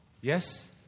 Yes